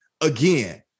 again